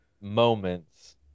moments